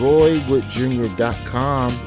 RoyWoodJr.com